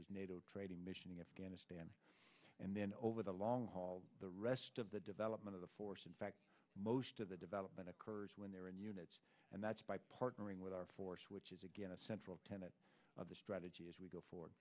is nato training mission in afghanistan and then over the long haul the rest of the development of the force in fact most of the development occurs when they're in units and that's by partnering with our force which is again a central tenet of the strategy as we go for